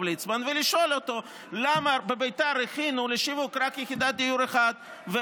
ליצמן ולשאול אותו למה בביתר הכינו לשיווק רק יחידת דיור אחת,